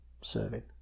serving